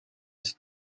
ist